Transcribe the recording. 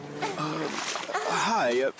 Hi